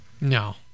No